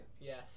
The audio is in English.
Yes